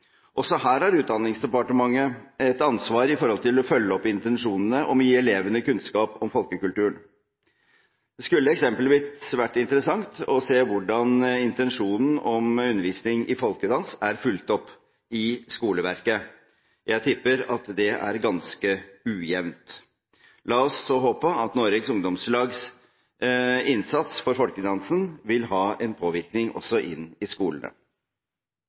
Også her har Utdanningsdepartementet et ansvar for å følge opp intensjonene om å gi elevene kunnskap om folkekulturen. Det skulle f.eks. vært interessant å se hvordan intensjonen om undervisning i folkedans er fulgt opp i skoleverket. Jeg tipper at det er ganske ujevnt. La oss håpe at Noregs Ungdomslags innsats for folkedansen vil ha en påvirkning også inn i skolene.